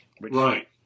Right